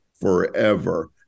forever